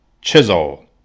chisel